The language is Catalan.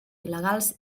il·legals